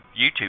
YouTube